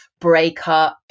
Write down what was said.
breakups